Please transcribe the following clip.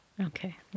okay